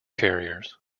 carriers